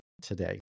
today